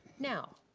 now,